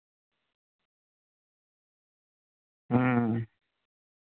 ᱦᱩᱸ